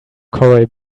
corey